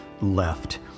left